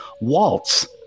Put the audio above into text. Waltz